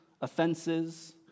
offenses